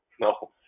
no